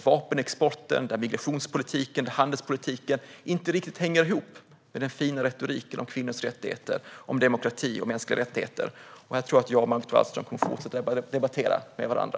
Vapenexporten, migrationspolitiken och handelspolitiken hänger inte riktigt ihop med den fina retoriken om kvinnors rättigheter, demokrati och mänskliga rättigheter. Jag tror att jag och Margot Wallström kommer att fortsätta debattera med varandra.